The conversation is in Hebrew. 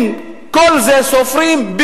אם סופרים את כל זה,